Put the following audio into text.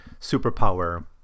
superpower